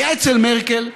היה אצל מרקל,